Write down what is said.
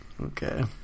Okay